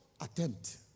attempt